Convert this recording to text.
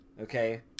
okay